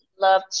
love